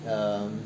um